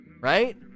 right